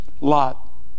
Lot